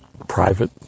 Private